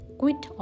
quit